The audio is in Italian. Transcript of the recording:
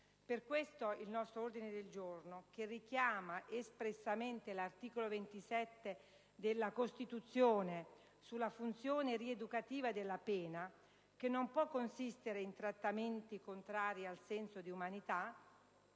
Per questo il nostro ordine del giorno, che richiama espressamente l'articolo 27 della Costituzione sulla funzione rieducativa della pena, che non può consistere in trattamenti contrari al senso di umanità,